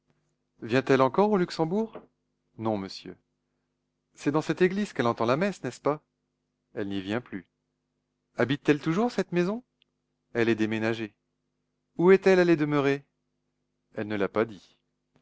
vient-elle encore au luxembourg non monsieur c'est dans cette église qu'elle entend la messe n'est-ce pas elle n'y vient plus habite t elle toujours cette maison elle est déménagée où est-elle allée demeurer elle ne l'a pas dit